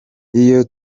iyo